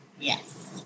Yes